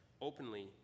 openly